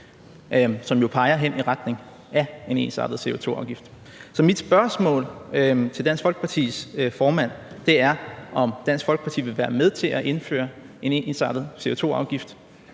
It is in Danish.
jo peger i retning af en ensartet CO2-afgift. Så mit spørgsmål til Dansk Folkepartis formand er, om Dansk Folkeparti vil være med til at indføre en ensartet CO2-afgift